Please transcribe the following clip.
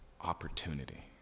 opportunity